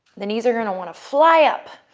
the knees are going to want to fly up,